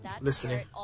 Listening